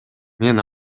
мен